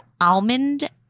almond